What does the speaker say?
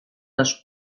les